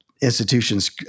institutions